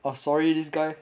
oh sorry this guy